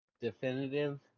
definitive